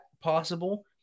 possible